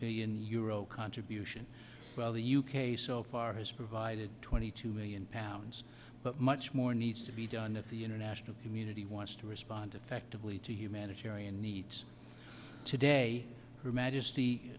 million euro contribution well the u k so far has provided twenty two million pounds but much more needs to be done at the international community wants to respond effectively to humanitarian needs today he